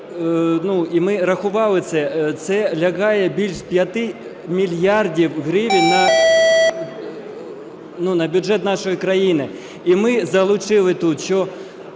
і ми рахувати це, це лягає більше 5 мільярдів гривень, ну, на бюджет нашої країни. І ми залучили тут, що